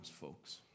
folks